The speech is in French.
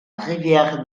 rivière